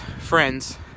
friends